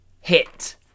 hit